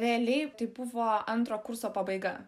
realiai tai buvo antro kurso pabaiga